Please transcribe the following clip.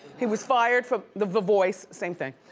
he was fired from the voice, same thing.